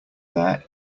there